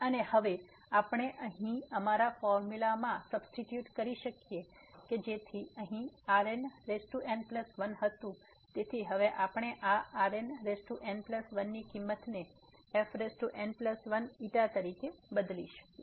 અને હવે આપણે અહીં અમારા ફોર્મ્યુલામાં સબસ્ટીટ્યુટ કરી શકીએ છીએ જે અહીં Rnn1 હતું તેથી હવે આપણે આ Rnn1 ની કિંમતને fn1 તરીકે બદલી શકીએ